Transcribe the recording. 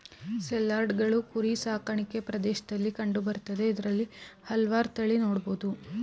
ಸೇಲ್ಯಾರ್ಡ್ಗಳು ಕುರಿ ಸಾಕಾಣಿಕೆ ಪ್ರದೇಶ್ದಲ್ಲಿ ಕಂಡು ಬರ್ತದೆ ಇದ್ರಲ್ಲಿ ಹಲ್ವಾರ್ ತಳಿ ನೊಡ್ಬೊದು